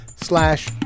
slash